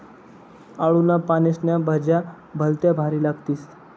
आळूना पानेस्न्या भज्या भलत्या भारी लागतीस